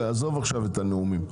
עזוב עכשיו את הנאומים.